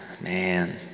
man